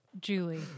Julie